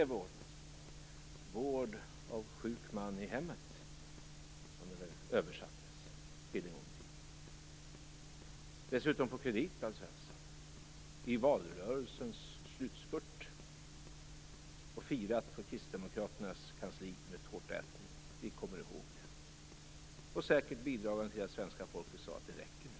Vård av sjuk man i hemmet, som det väl översattes till en gång i tiden. Det skedde dessutom på kredit, Alf Svensson, i valrörelsens slutspurt och firades på kristdemokraternas kansli med tårtätning. Vi kommer ihåg det. Säkert bidrog det till att svenska folket sade att nu räcker det.